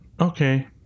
Okay